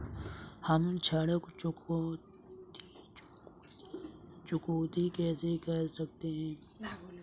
हम ऋण चुकौती कैसे कर सकते हैं?